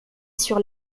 sur